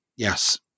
Yes